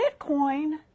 Bitcoin